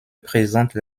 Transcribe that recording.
présente